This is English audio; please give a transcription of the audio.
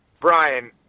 Brian